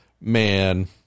man